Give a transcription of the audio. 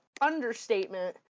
understatement